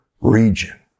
region